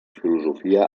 filosofia